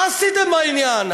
מה עשיתם בעניין?